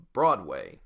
Broadway